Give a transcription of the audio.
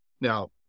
now